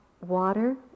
water